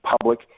public